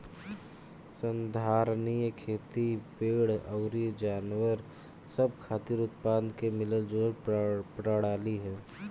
संधारनीय खेती पेड़ अउर जानवर सब खातिर उत्पादन के मिलल जुलल प्रणाली ह